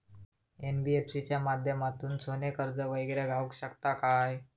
NBFC च्या माध्यमातून सोने कर्ज वगैरे गावात शकता काय?